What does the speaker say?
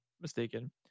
mistaken